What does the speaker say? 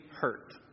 hurt